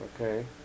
Okay